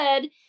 good